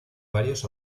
varios